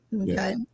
Okay